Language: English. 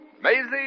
Maisie